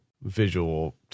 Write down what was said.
visual